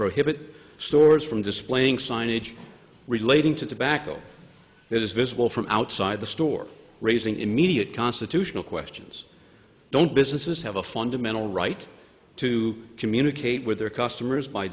prohibit stores from displaying signage relating to tobacco it is visible from outside the store raising immediate constitutional questions don't businesses have a fundamental right to communicate with their customers by